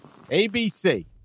ABC